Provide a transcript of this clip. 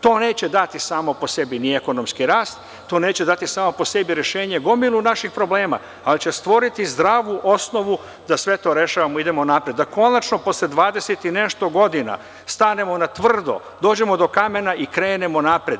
To neće dati samo po sebi ni ekonomski rast, to neće dati samo po sebi rešenje za gomilu naših problema, ali će stvoriti zdravu osnovu da sve to rešavamo i idemo napred, da konačno posle 20 i nešto godina stanemo na tvrdo, dođemo do kamena i krenemo napred.